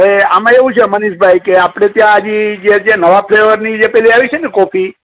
એ આમાં એવું છે મનીષભાઈ કે આપણે ત્યાં હજી જે જે નવા ફ્લેવરની જે પેલી આવી છે ન કોફી